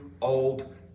old